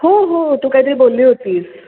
हो हो तू काहीतरी बोलली होतीस